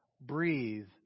breathe